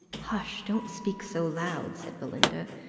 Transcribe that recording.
hush don't speak so loud, said belinda,